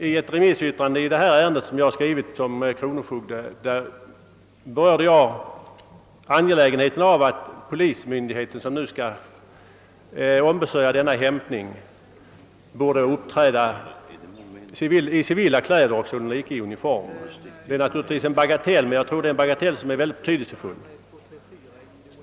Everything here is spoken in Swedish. I ett remissyttrande som jag i egenskap av kronofogde har skrivit i detta ärende har jag berört angelägenheten av att polismän som ombesörjer hämtning av barn uppträder i civila kläder. Det är naturligtvis en bagatell, men den har inte desto mindre stor betydelse.